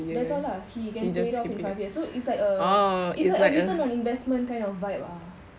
that's all ah he can pay it off in five years it's like a it's like a return on investment kind of vibe ah